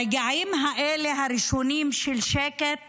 הרגעים הראשונים האלה של השקט